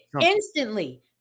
instantly